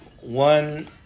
one